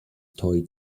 toy